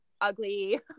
ugly